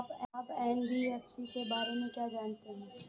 आप एन.बी.एफ.सी के बारे में क्या जानते हैं?